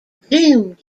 gloom